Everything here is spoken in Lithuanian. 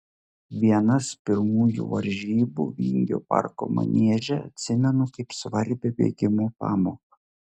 vienas pirmųjų varžybų vingio parko manieže atsimenu kaip svarbią bėgimo pamoką